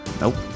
Nope